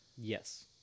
Yes